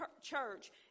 church